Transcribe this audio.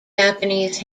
japanese